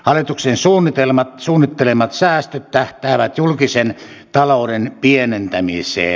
hallituksen suunnittelemat säästöt tähtäävät julkisen talouden pienentämiseen